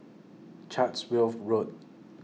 Chatsworth Road